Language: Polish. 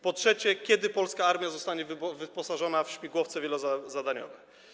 Po trzecie: Kiedy polska armia zostanie wyposażona w śmigłowce wielozadaniowe?